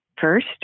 first